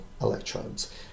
electrodes